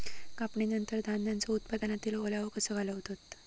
कापणीनंतर धान्यांचो उत्पादनातील ओलावो कसो घालवतत?